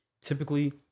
typically